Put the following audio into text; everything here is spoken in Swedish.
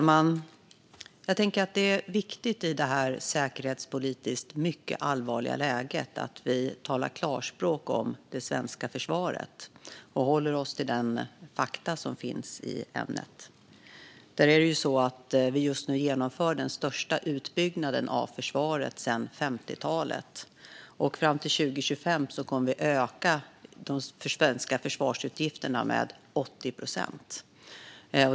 Herr talman! Det är viktigt i detta mycket allvarliga säkerhetspolitiska läge att vi talar klarspråk om det svenska försvaret och håller oss till de fakta som finns i ämnet. Vi genomför just nu den största utbyggnaden av försvaret sedan 50talet. Fram till 2025 kommer vi att öka de svenska försvarsutgifterna med 80 procent.